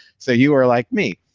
so you are like me,